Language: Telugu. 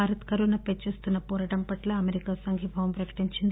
భారత్ కరోనాపై చేస్తున్న పోరాటం పట్ట అమెరికా సంఘీభావం ప్రకటించింది